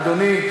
אדוני,